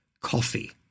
coffee